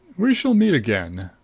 we shall meet again.